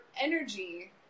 energy